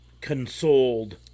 consoled